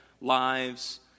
lives